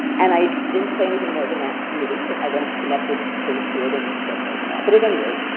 and i didn't say anything more than that really. i then connected things to it and said more than that, but at any rate.